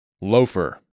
Loafer